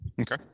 Okay